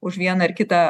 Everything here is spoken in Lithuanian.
už vieną ar kitą